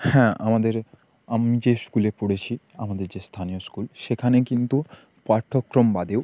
হ্যাঁ আমাদের আমি যে স্কুলে পড়েছি আমাদের যে স্থানীয় স্কুল সেখানে কিন্তু পাঠ্যক্রম বাদেও